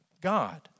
God